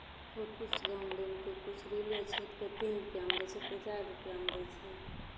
कोइ किछु दाम लेलकै कोइ किछु रीले छै तऽ कोइ तीन रुपैआमे दै छै कोइ चारि रुपैआमे दै छै